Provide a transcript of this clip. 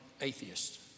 atheists